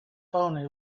phoney